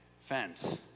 fence